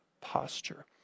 posture